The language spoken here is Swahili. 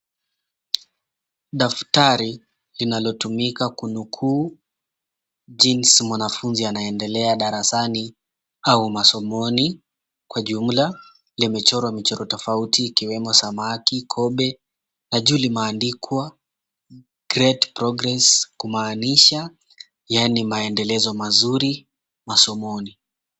Daftari linalotumika kunukuu jinsi mwanafunzi anavyoendelea darasani au masomoni kwa jumla. Limechorwa michoro tofauti ikiwemo samaki, Kobe, na juu limeandikwa Grade Progress kumaanisha yaani maendelezo mazuri masomoni.